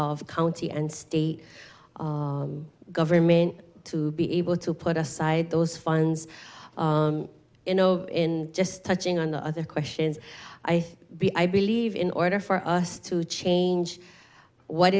of county and state government to be able to put aside those funds you know in just touching on the other questions i think i believe in order for us to change what